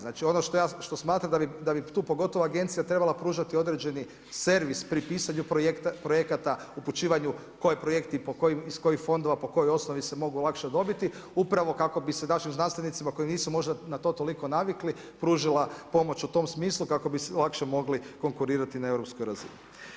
Znači ono što ja, što smatram, da bi tu pogotovo agencija trebala pružati određeni servis pri pisanju projekata, upućivanju koji projekt iz kojih fondova, po kojoj osnovi se mogli lakše dobiti, upravo kako bi se našim znanstvenicima, koji nisu možda na to navikli pružila pomoć o tom smislu, kako bi lakše mogli konkurirati na europskoj razini.